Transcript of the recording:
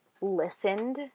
listened